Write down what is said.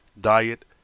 diet